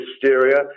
hysteria